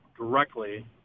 directly